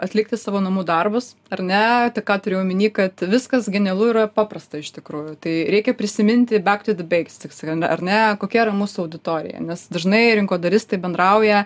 atlikti savo namų darbus ar ne tai ką turiu omeny kad viskas genialu yra paprasta iš tikrųjų tai reikia prisiminti back to the bigs taip sakant ar ne kokia yra mūsų auditorija nes dažnai rinkodaristai bendrauja